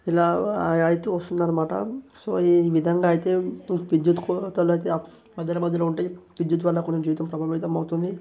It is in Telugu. ఇలా అవుతూ వస్తుందన్నమాట సో ఈ విధంగా అయితే విద్యుత్ కోతలయితే మధ్యలో మధ్యలో ఉంటాయి విద్యుత్ వల్ల కొన్ని జీవితం ప్రభావితం అవుతుంది